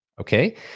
Okay